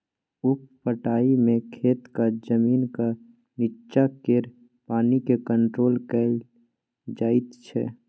उप पटाइ मे खेतक जमीनक नीच्चाँ केर पानि केँ कंट्रोल कएल जाइत छै